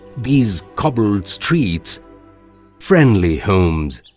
these cobbled streets friendly homes,